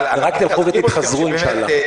רק תלכו ותתחזקו, אינשאללה.